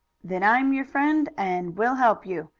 then i'm your friend, and will help you,